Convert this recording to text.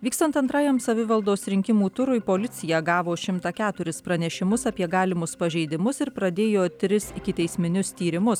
vykstant antrajam savivaldos rinkimų turui policija gavo šimtą keturis pranešimus apie galimus pažeidimus ir pradėjo tris ikiteisminius tyrimus